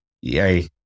yay